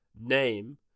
name